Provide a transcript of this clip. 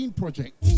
project